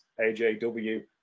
AJW